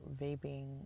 vaping